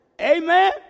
amen